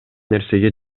нерсеге